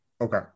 Okay